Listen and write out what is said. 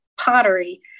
pottery